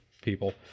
people